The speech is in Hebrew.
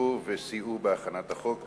שעזרו וסייעו בהכנת החוק.